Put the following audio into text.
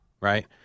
right